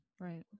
right